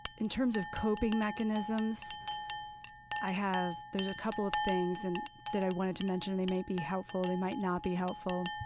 in terms of coping mechanisms i have, there's a couple of things and that i wanted to mention, and they might be helpful, they might not be helpful.